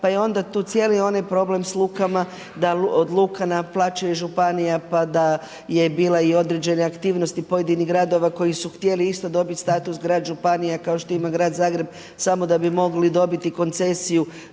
pa je onda tu cijeli onaj problem s lukama da od luka naplaćuje županija pa da je bila i određene aktivnosti pojedinih gradova koji su isto htjeli dobiti status grad županija kao što ima grad Zagreb samo da bi mogli dobiti koncesiju